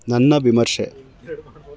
ನನ್ನ ವಿಮರ್ಶೆ